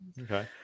Okay